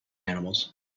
animals